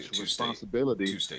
responsibility